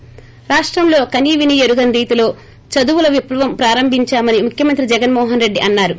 ి రాష్టంలో కనీవినీ ఎరుగని రీతిలో చదువుల విప్లవం ప్రారంభించామని ముఖ్యమంత్రి జగ్లన్మోహన్ రెడ్డి అన్నారు